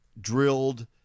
drilled